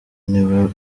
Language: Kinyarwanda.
niwe